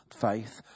faith